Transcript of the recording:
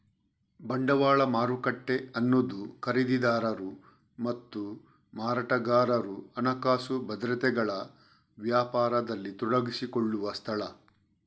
ಬಂಡವಾಳ ಮಾರುಕಟ್ಟೆ ಅನ್ನುದು ಖರೀದಿದಾರರು ಮತ್ತು ಮಾರಾಟಗಾರರು ಹಣಕಾಸು ಭದ್ರತೆಗಳ ವ್ಯಾಪಾರದಲ್ಲಿ ತೊಡಗಿಸಿಕೊಳ್ಳುವ ಸ್ಥಳ